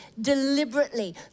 deliberately